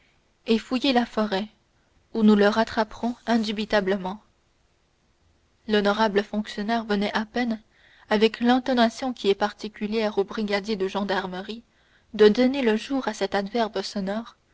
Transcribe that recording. et fouiller la forêt où nous le rattraperons indubitablement l'honorable fonctionnaire venait à peine avec l'intonation qui est particulière aux brigadiers de gendarmerie de donner le jour à cet adverbe sonore